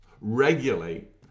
regulate